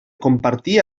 compartir